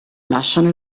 lasciano